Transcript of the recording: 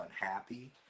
unhappy